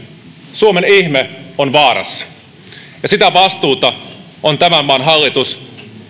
suomen ihme on vaarassa ja siitä vastuussa on tämän maan hallitus